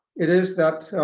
it is that,